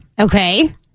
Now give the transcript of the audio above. Okay